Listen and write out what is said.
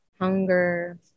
hunger